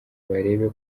barebe